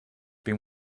been